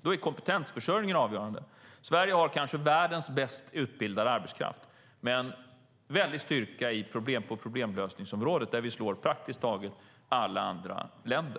Då är kompetensförsörjningen avgörande. Sverige har kanske världens bäst utbildade arbetskraft med en styrka på problemlösningsområdet där vi slår praktiskt taget alla andra länder.